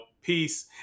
peace